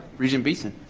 regent beeson.